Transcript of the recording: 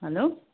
hello